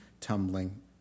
tumbling